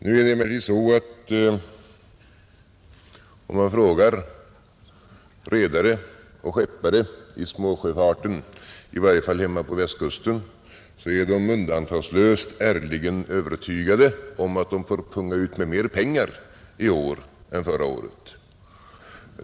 Om man emellertid frågar redare och skeppare inom småsjöfarten, i varje fall hemma på Västkusten, visar det sig att de undantagslöst är ärligen övertygade om att de får punga ut med mer pengar i år än förra året.